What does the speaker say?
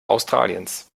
australiens